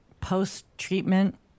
post-treatment